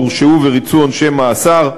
הורשעו וריצו עונשי מאסר.